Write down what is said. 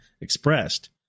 expressed